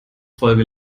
folge